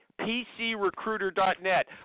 PCRecruiter.net